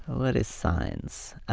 what is science?